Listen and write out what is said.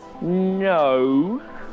no